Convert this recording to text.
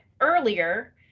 earlier